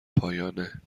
پایانه